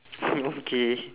okay